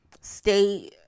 stay